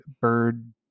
bird